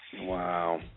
Wow